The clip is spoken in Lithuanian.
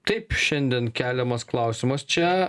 taip šiandien keliamas klausimas čia